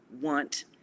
want